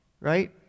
right